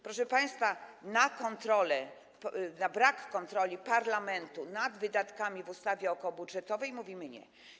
Proszę państwa, kontroli, brakowi kontroli parlamentu nad wydatkami w ustawie okołobudżetowej mówimy: nie.